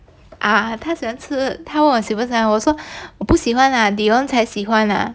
啊他喜欢吃他问我喜不喜欢我说我不喜欢啦 dion 才喜欢啦